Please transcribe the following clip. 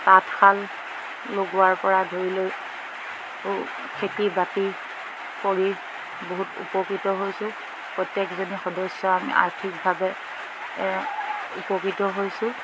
তাঁতশাল লগোৱাৰপৰা ধৰি লৈ আৰু খেতি বাতি কৰি বহুত উপকৃত হৈছোঁ প্ৰত্যেকজনী সদস্য আমি আৰ্থিকভাৱে উপকৃতও হৈছোঁ